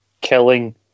killing